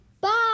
bye